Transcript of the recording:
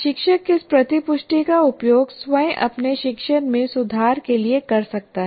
शिक्षक इस प्रतिपुष्टि का उपयोग स्वयं अपने शिक्षण में सुधार के लिए कर सकता है